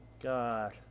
God